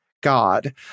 God